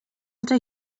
altra